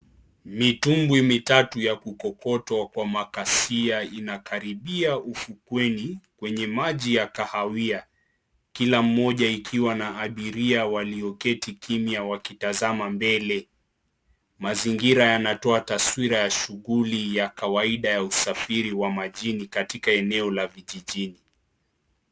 Mitumbwi mitatu ta kukokotwa kwa makasia inakaribia ufukweni kwenye maji ya kahawia . Kila moja ikiwa na abiria walioketi kimwa wakizama mbele . Mazingira yanatoa taswira ya shughuli ya kawaida ya usafiri wa majini katika eneo la vijijini.